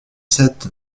sept